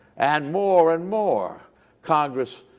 and more and more congress,